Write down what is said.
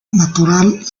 natural